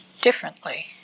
differently